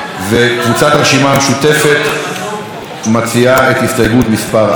קבוצת הרשימה המשותפת מציעה את הסתייגות מס' 4,